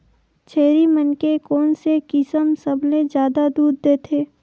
छेरी मन के कोन से किसम सबले जादा दूध देथे?